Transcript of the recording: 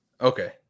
Okay